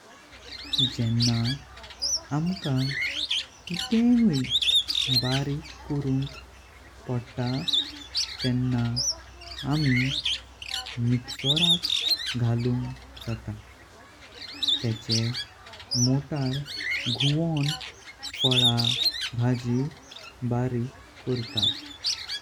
जेंना आमका कितें हुवे बारिक करुंक पडता तेंना आमी मिक्सराक घालुंक जाता। तेंचे मटर घूवों फळा, भाजी बारिक करतात।